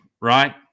right